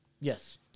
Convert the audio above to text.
Yes